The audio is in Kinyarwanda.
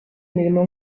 imirimo